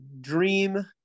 dream –